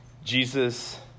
Jesus